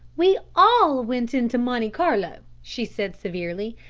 we all went into monte carlo, she said severely.